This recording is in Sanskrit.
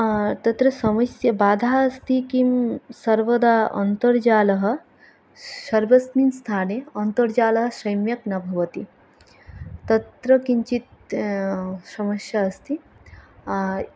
तत्र समस्यबाधा अस्ति किं सर्वदा अन्तर्जालः सर्वस्मिन् स्थाने अन्तर्जालः सम्यक् न भवति तत्र किञ्चित् समस्या अस्ति